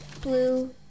Blue